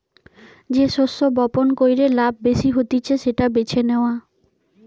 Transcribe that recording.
যে শস্য বপণ কইরে লাভ বেশি হতিছে সেটা বেছে নেওয়া